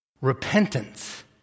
Repentance